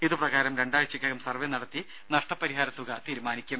ഇതുപ്രകാരം രണ്ടാഴ്ചക്കകം സർവ്വേ നടത്തി നഷ്ടപരിഹാരത്തുക തീരുമാനിക്കും